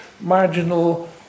marginal